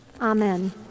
Amen